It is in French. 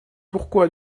pourquoi